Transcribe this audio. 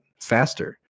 faster